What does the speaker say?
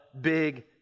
big